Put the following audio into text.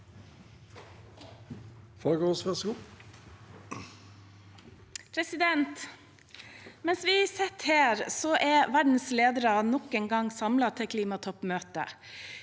Mens vi sitter her, er verdens ledere nok en gang samlet til klimatoppmøte.